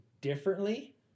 differently